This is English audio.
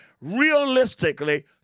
realistically